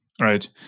Right